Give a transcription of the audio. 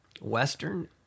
Western